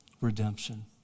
redemption